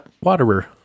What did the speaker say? Waterer